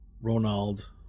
Ronald